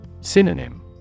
Synonym